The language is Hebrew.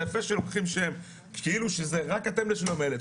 יפה שלוקחים שם כאילו רק אתם לשלום הילד.